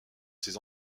ses